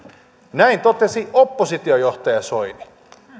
näin totesi oppositiojohtaja soini